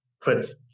puts